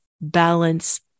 balance